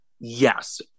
Yes